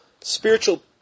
spiritual